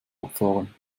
abfahren